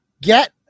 get